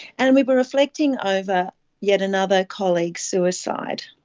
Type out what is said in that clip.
and we were reflecting over yet another colleague's suicide.